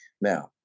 now